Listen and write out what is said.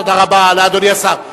תודה רבה לאדוני השר.